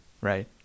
right